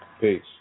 peace